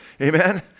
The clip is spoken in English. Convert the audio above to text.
amen